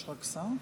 יש שר איתנו?